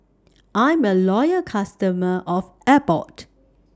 I'm A Loyal customer of Abbott